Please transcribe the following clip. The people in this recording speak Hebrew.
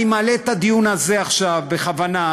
אני מעלה את הדיון הזה עכשיו בכוונה,